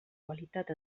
qualitat